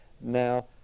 now